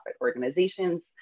organizations